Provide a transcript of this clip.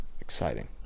Exciting